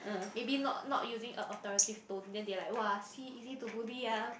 maybe not not using a authoritative tone then they are like !wah! see easy to bully ah